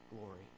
glory